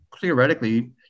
theoretically